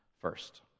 First